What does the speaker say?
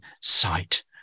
sight